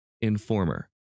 Informer